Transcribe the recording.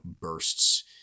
bursts